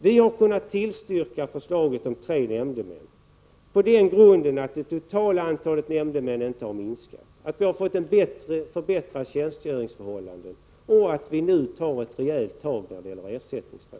Vi har kunnat tillstyrka förslaget om tre nämndemän eftersom det totala antalet nämndemän inte har minskat, deras tjänstgöringsförhållanden förbättrats och att det nu tas rejäla tag när det gäller ersättningsfrågan.